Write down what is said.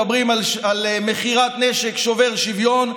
מדברים על מכירת נשק שובר שוויון,